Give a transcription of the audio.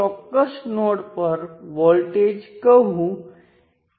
ચાલો કહીએ કે ગ્રાહક માત્ર વિશિષ્ટ મોડેલનો ઉપયોગ કરે છે